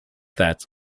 that